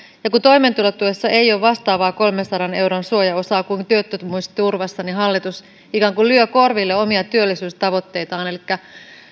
ja kun toimeentulotuessa ei ole vastaavaa kolmensadan euron suojaosaa kuin työttömyysturvassa hallitus ikään kuin lyö korville omia työllisyystavoitteitaan elikkä